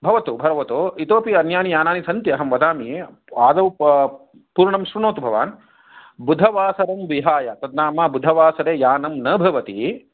भवतु भवतु इतोपि अन्यानि यानानि सन्ति अहम् वदामि आदौ पूर्णं शृणोतु भवान् बुधवासरं विहाय तन्नाम बुधवासरे यानं न भवति